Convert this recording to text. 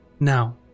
Now